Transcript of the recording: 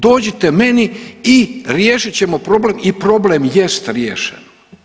Dođite meni i riješit ćemo problem i problem jest riješen.